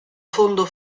fondo